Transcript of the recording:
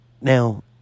now